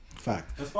fact